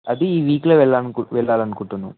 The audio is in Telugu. అది ఈ వీక్లో వెళ్ళాలి అనుకుంటున్నాము